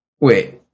wait